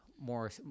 more